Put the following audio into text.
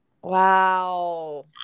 Wow